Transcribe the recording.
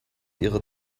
ihre